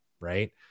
right